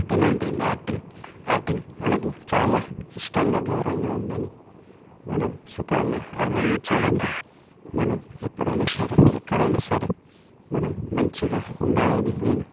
నటన అంటే ఏంటి యాక్టింగ్ యాక్టింగ్ మనకు చాలా ఇష్టంగా గౌరవంగా ఉందని మనం సుఖంగా ఆనందించాలని మనం ఎప్పుడైనా సరే ఎక్కడైనా సరే మనం మంచిగా ఉండాలని నేను